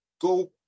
Go